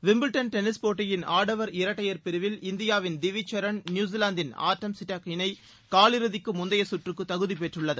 Wimbledon tennis போட்டியின் ஆடவர் இரட்டையர் பிரிவில் இந்தியாவின் திவிஜ் ஷரன் நியூசிலாந்தின் ஆர்டம் சிட்டக் இணை காலிறுதிக்கு முந்தைய சுற்றுக்கு தகுதி பெற்றுள்ளது